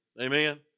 Amen